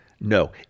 No